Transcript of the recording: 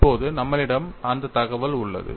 இப்போது நம்மளிடம் அந்த தகவல் உள்ளது